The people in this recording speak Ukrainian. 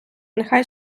нехай